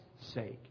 sake